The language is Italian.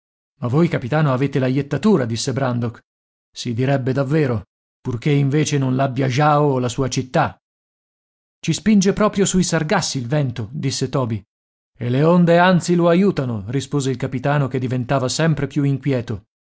ma voi capitano avete la iettatura disse brandok si direbbe davvero purché invece non l'abbia jao o la sua città ci spinge proprio sui sargassi il vento disse toby e le onde anzi lo aiutano rispose il capitano che diventava sempre più